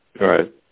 Right